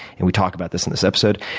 and we talk about this in this episode.